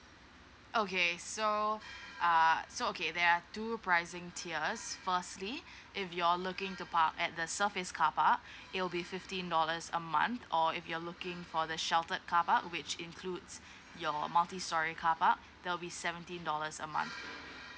okay so uh so okay there are two pricing tiers firstly if you're looking to park at the surface car park it will be fifteen dollars a month or if you're looking for the sheltered car park which includes your multi storey car park there'll be seventeen dollars a month